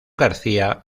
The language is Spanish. garcía